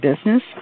business